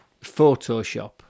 Photoshop